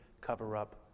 cover-up